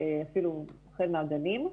אפילו החל מהגנים,